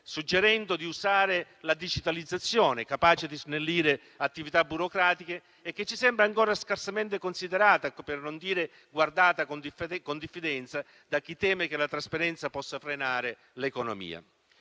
suggerendo di usare la digitalizzazione, capace di snellire le attività burocratiche, che ci sembra ancora scarsamente considerata, se non guardata con diffidenza, da chi teme che la trasparenza possa frenare l'economia.